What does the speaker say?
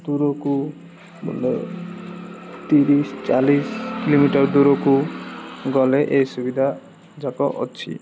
ଦୂରକୁ ତିରିଶି ଚାଲିଶି କିଲୋମିଟର ଦୂରକୁ ଗଲେ ଏ ସୁବିଧା ଯାକ ଅଛି